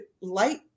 light